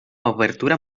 obertura